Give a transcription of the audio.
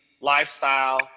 lifestyle